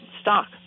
stock